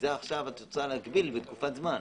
זה עכשיו את רוצה להגביל לתקופת זמן.